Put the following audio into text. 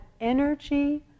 energy